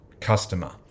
customer